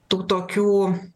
tų tokių